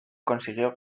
consiguió